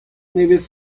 nevez